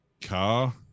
car